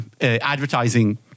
advertising